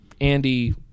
Andy